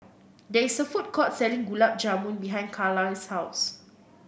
there is a food court selling Gulab Jamun behind Carlisle's house